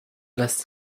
less